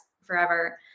forever